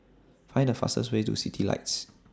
Find The fastest Way to Citylights